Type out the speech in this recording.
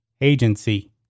Agency